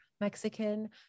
Mexican